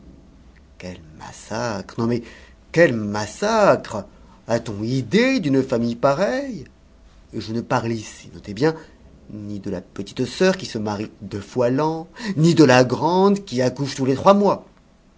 quel massacre non mais quel massacre a-t-on idée d'une famille pareille et je ne parle ici notez bien ni de la petite sœur qui se marie deux fois l'an ni de la grande qui accouche tous les trois mois